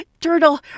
turtle